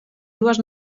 dues